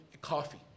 coffee